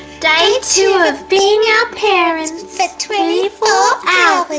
day two of being our parents for twenty four hours.